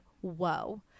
whoa